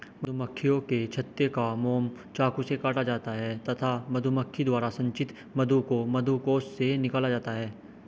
मधुमक्खियों के छत्ते का मोम चाकू से काटा जाता है तथा मधुमक्खी द्वारा संचित मधु को मधुकोश से निकाला जाता है